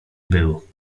był